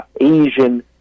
Asian